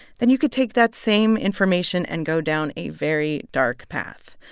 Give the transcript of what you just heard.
then you could take that same information and go down a very dark path.